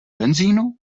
benzínu